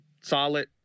solid